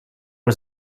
was